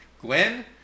Gwen